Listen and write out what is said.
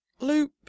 loop